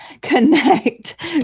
connect